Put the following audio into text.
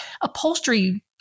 upholstery